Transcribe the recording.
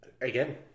Again